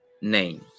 name